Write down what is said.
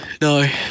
no